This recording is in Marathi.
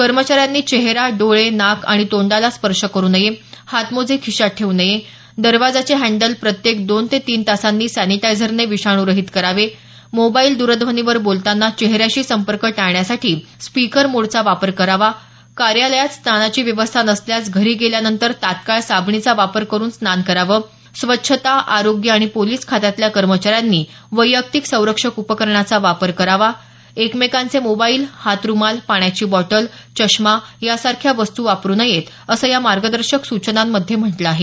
कर्मचाऱ्यांनी चेहरा डोळे नाक आणि तोंडाला स्पर्श करू नये हातमोजे खिशात ठेऊ नये दरवाजाचे हॅण्डल प्रत्येक दोन ते तासांनी सॅनिटायझरने विषाणूरहित करावे मोबाईल द्रध्वनीवर बोलताना चेहऱ्याशी संपर्क टाळण्यासाठी स्पीकर मोडचा वापर करावा कार्यालयात स्नानाची व्यवस्था नसल्यास घरी गेल्यानंतर तात्काळ साबणीचा वापर करून स्नान करावे स्वच्छता आरोग्य आणि पोलिस खात्यातल्या कर्मचाऱ्यांनी वैयक्तिक संरक्षक उपकरणाचा वापर करावा एकमेकांचे मोबाईल हातरूमाल पाण्याची बॉटल चष्मा यासारख्या वस्तू वापरू नयेत असं या मार्गदर्शक सूचनांमध्ये म्हटलं आहे